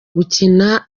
gukina